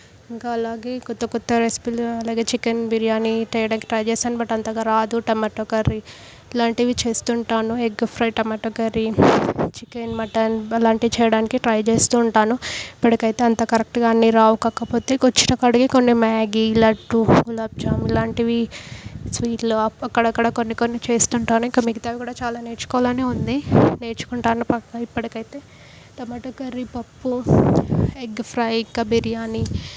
ఇంకా అలాగే క్రొత్త క్రొత్త రెసిపీలు అలాగే చికెన్ బిర్యానీ చేయడానికి ట్రై చేస్తాను బట్ అంతగా రాదు టమోటో కర్రీ ఇలాంటివి చేస్తుంటాను egg fry tomato curry chicken mutton అలాంటివి చేయడానికి ట్రై చేస్తూ ఉంటాను ఇప్పటికైతే అంత కరెక్ట్గా అన్నీ రావు కాకపోతే వచ్చిన కాడికి కొన్ని మ్యాగీ లడ్డు గులాబ్ జాము ఇలాంటివి స్వీట్లు అక్కడక్కడ కొన్నికొన్ని చేస్తుంటాను ఇంకా మిగతావి కూడా చాలా నేర్చుకోవాలనే ఉంది నేర్చుకుంటాను పక్కా ఇప్పటికైతే టమాటో కర్రీ పప్పు ఎగ్ ఫ్రై ఇంకా బిర్యానీ